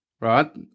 Right